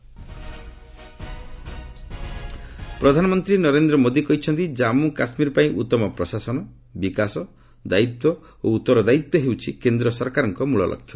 PM ଇକ୍ଷରଭ୍ୟୁ ପ୍ରଧାନମନ୍ତ୍ରୀ ନରେନ୍ଦ୍ର ମୋଦି କହିଛନ୍ତି କାମ୍ମୁ କାଶ୍ମୀର ପାଇଁ ଉତ୍ତମ ପ୍ରଶାସନ ବିକାଶ ଦାୟିତ୍ୱ ଓ ଉତ୍ତର ଦାୟିତ୍ୱ ହେଉଛି କେନ୍ଦ୍ର ସରକାରଙ୍କ ମୂଳ ଲକ୍ଷ୍ୟ